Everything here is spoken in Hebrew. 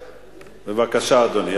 בבקשה, אדוני.